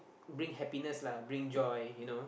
bring happiness lah bring joy you know